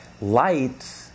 light